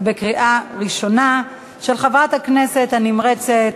של חברת הכנסת הנמרצת,